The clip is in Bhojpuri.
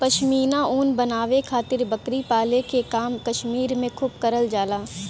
पश्मीना ऊन बनावे खातिर बकरी पाले के काम कश्मीर में खूब करल जाला